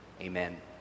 Amen